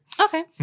Okay